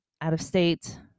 out-of-state